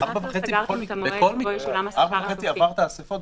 של כמה עשרות אלפים,